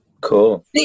Cool